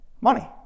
money